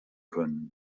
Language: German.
können